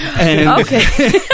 Okay